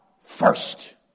first